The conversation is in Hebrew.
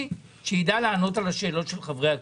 שידע לענות על השאלות של חברי הכנסת.